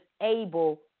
able